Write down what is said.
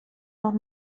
noch